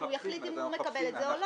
ואז הוא יחליט אם הוא מקבל את זה או לא.